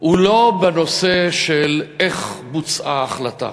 הוא לא בנושא של איך בוצעה ההחלטה.